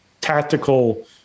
tactical